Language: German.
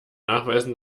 nachweisen